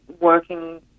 working